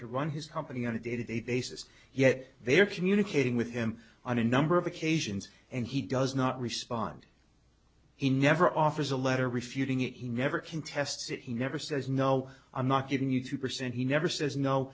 to run his company on a day to day basis yet they are communicating with him on a number of occasions and he does not respond he never offers a letter refuting it he never contests it he never says no i'm not giving you two percent he never says no